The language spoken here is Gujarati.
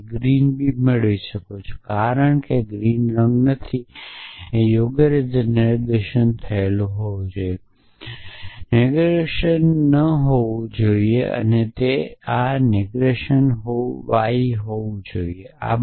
અને આ હું એ જ રીતે ગ્રીન b મેળવી શકું છું કે ગ્રીન રંગ નથી એ યોગ્ય છે કે આ અહીં નેગેરેશન હોવું જોઈએ અને આ નેગેગેશન ન હોવું જોઈએ અને આ નેગ્રેશન y હોવું જોઈએ